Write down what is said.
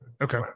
Okay